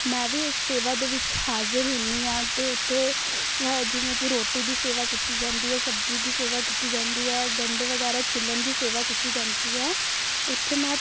ਮੈਂ ਵੀ ਉਸ ਸੇਵਾ ਦੇ ਵਿੱਚ ਹਾਜ਼ਰ ਹੁੰਦੀ ਹਾਂ ਅਤੇ ਉੱਥੇ ਅਹ ਜਿਵੇਂ ਕਿ ਰੋਟੀ ਦੀ ਸੇਵਾ ਕੀਤੀ ਜਾਂਦੀ ਹੈ ਸਬਜ਼ੀ ਦੀ ਸੇਵਾ ਕੀਤੀ ਜਾਂਦੀ ਹੈ ਗੰਡੇ ਵਗੈਰਾ ਛਿੱਲਣ ਦੀ ਸੇਵਾ ਕੀਤੀ ਜਾਂਦੀ ਹੈ ਉੱਥੇ ਮੈਂ